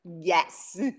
yes